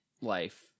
life